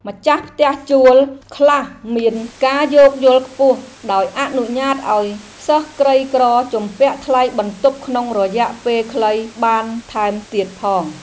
ម្ចាស់ផ្ទះជួលខ្លះមានការយោគយល់ខ្ពស់ដោយអនុញ្ញាតឱ្យសិស្សក្រីក្រជំពាក់ថ្លៃបន្ទប់ក្នុងរយៈពេលខ្លីបានថែមទៀតផង។